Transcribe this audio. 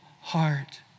heart